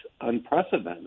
unprecedented